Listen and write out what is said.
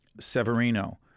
Severino